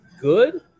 good